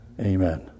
Amen